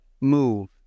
move